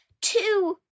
Two